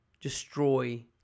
destroy